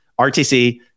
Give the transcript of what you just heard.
RTC